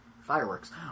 fireworks